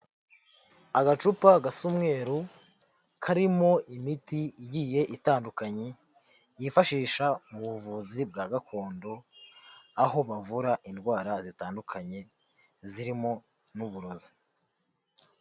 Agacupa gasa n' umweru karimo imiti igiye itandukanye yifashishwa mu buvuzi bwa gakondo aho bavura indwara zitandukanye zirimo n'uburozi.